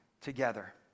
together